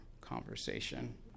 conversation